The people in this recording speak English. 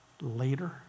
Later